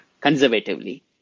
conservatively